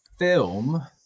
Film